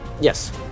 Yes